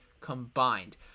combined